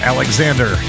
Alexander